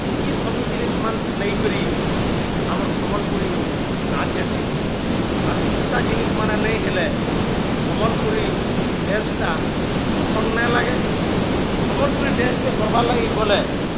ଇସବୁ ଜିନିଷ୍ମାନ୍କୁ ନେଇକରି ଆମର୍ ସମ୍ବଲ୍ପୁରୀ ନାଚ୍ ହେସି ଆର୍ ଏନ୍ତା ଜିନିଷ୍ମାନେ ନେଇ ହେଲେ ସମ୍ବଲ୍ପୁରୀ ଡେନ୍ସଟା ପସନ୍ଦ୍ ନାଇଁ ଲାଗେ ସମ୍ବଲ୍ପୁରୀ ଡେନ୍ସଟେ କର୍ବାର୍ ଲାଗି ଗଲେ